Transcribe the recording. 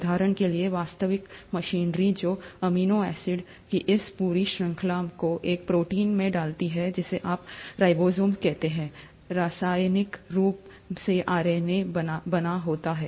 उदाहरण के लिए वास्तविक मशीनरी जो अमीनो एसिड की इस पूरी श्रृंखला को एक प्रोटीन में डालती है जिसे आप राइबोसोम कहते हैं रासायनिक रूप से आरएनए से बना होता है